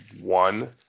one